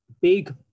big